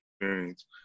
experience